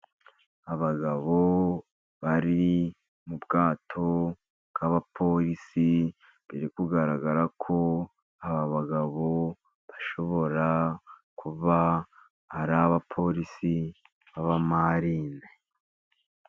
Abagabo bari mu bwato bw'abapolisi biri kugaragarako aba bagabo bashobora kuba ari abapolisi b'abamarine.